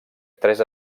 tres